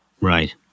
Right